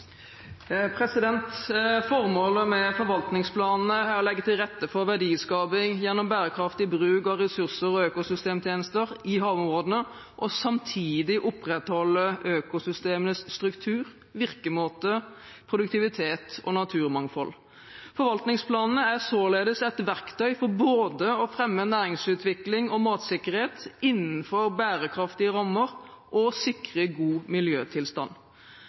økosystemtjenester i havområdene og samtidig opprettholde økosystemenes struktur, virkemåte, produktivitet og naturmangfold. Forvaltningsplanene er således et verktøy for både å fremme næringsutvikling og matsikkerhet innenfor bærekraftige rammer og å sikre en god miljøtilstand.